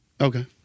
Okay